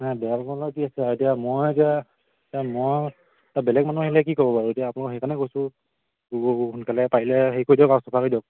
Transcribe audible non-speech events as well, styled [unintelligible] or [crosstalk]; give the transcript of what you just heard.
নাই বেয়া পাব লগা কি আছে এতিয়া মই এতিয়া এতিয়া মই এতিয়া বেলেগ মানুহ আহিলে কি ক'ব বাৰু এতিয়া আপোনালোকক সেইকাৰণে কৈছোঁ [unintelligible] সোনকালে পাৰিলে হেৰি কৰি দিয়ক আৰি চাফা কৰি দিয়ক